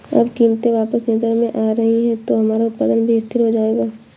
अब कीमतें वापस नियंत्रण में आ रही हैं तो हमारा उत्पादन भी स्थिर हो जाएगा